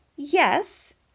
Yes